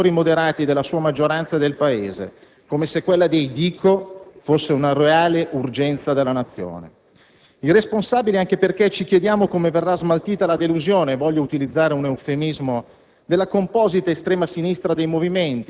che per protagonismo personale sfidano i settori moderati della sua maggioranza e del Paese, come se quella dei Dico fosse una reale urgenza della Nazione. Ci chiediamo come verrà smaltita la delusione, voglio utilizzare un eufemismo,